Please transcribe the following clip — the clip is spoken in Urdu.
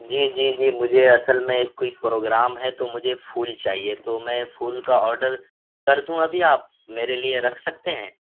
جی جی جی مجھے اصل میں کوئی پروگرام ہے تو مجھے پھول چاہیے تو میں پھول کا آڈر کر دوں ابھی آپ میرے لیے رکھ سکتے ہیں